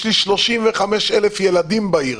יש לי 35,000 ילדים בעיר,